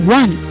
one